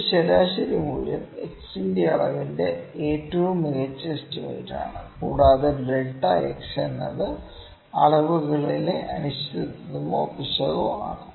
ഈ ശരാശരി മൂല്യം x ന്റെ അളവിന്റെ ഏറ്റവും മികച്ച എസ്റ്റിമേറ്റാണ് കൂടാതെ ഡെൽറ്റ x എന്നത് അളവുകളിലെ അനിശ്ചിതത്വമോ പിശകോ ആണ്